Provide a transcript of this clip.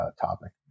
topic